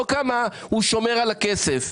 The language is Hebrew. לא כמה הם שומרים על הכסף.